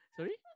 Sorry